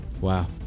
Wow